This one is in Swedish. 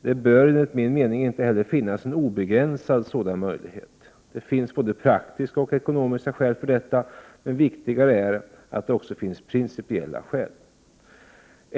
Det bör enligt min mening inte heller finnas en obegränsad sådan möjlighet. Det finns både praktiska och ekonomiska skäl för detta, men viktigare är att det också finns principiella skäl.